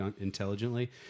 intelligently